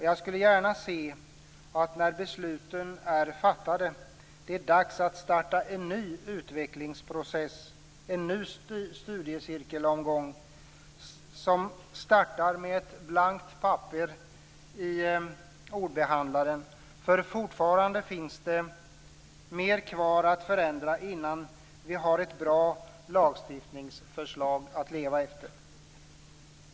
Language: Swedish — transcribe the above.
Jag skulle gärna se, när besluten är fattade, att det startades en ny utvecklingsprocess, en ny studiecirkelomgång, med ett blankt papper i ordbehandlaren. Fortfarande finns det mer kvar att förändra innan vi har ett bra lagstiftningsförslag att leva efter.